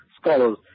scholars